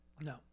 No